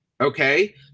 okay